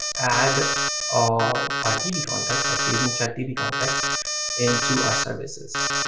add um our dbcontext, our blazingchat dbcontext in to our services.